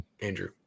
Andrew